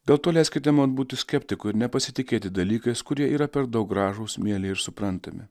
dėl to leiskite man būti skeptiku ir nepasitikėti dalykais kurie yra per daug gražūs mieli ir suprantami